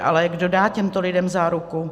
Ale kdo dá těmto lidem záruku?